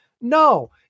No